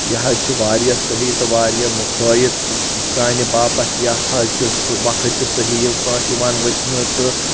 یہِ حظ چھِ واریاہ صحیح تہٕ واریاہ مُفٲیِد سانہِ باپتھ یتھ حظ چھُ سُہ وقت تہِ صحیح پٲٹھۍ یِوان وٕچھنہٕ تہٕ